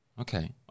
Okay